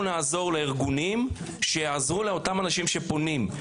נעזור לארגונים שיעזרו לאותם אנשים שפונים.